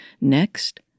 Next